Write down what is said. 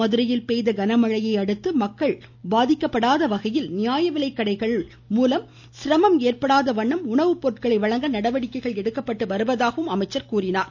மதுரையில் பெய்த கனமழையை அடுத்து மக்கள் பாதிக்காத வகையில் நியாய விலைக்கடைகள் சிரமம் ஏற்படாத வண்ணம் உணவுப்பொருள்கள் வழங்க நடவடிக்கை எடுக்கப்படுவதாக கூறினார்